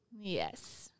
Yes